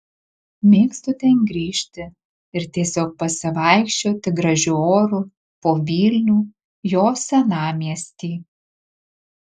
mėgstu ten grįžti ir tiesiog pasivaikščioti gražiu oru po vilnių jo senamiestį